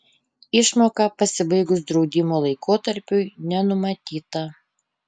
išmoka pasibaigus draudimo laikotarpiui nenumatyta